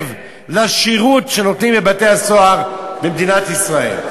לשירות שנותנים בבתי-הסוהר במדינת ישראל.